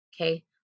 okay